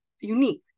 unique